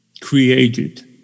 created